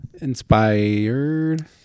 inspired